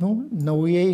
nu naujai